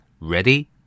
Ready